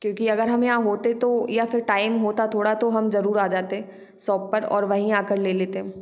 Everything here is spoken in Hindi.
क्योंकि अगर हम यहाँ होते तो या फिर टाइम होता थोड़ा तो हम जरूर आ जाते शॉप पर और वहीं आकर ले लेते